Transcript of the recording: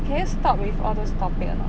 can you stop with all those topics or not